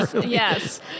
yes